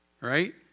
Right